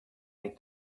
make